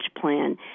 plan